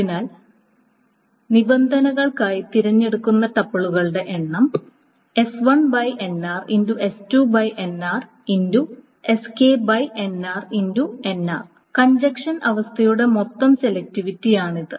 അതിനാൽ നിബന്ധനകൾക്കായി തിരഞ്ഞെടുത്ത ടപ്പിളുകളുടെ എണ്ണം കഞ്ചക്ഷൻ അവസ്ഥയുടെ മൊത്തം സെലക്റ്റിവിറ്റിയാണ് ഇത്